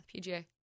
pga